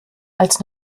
als